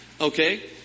Okay